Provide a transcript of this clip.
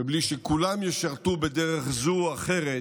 ובלי שכולם ישרתו בדרך זו או אחרת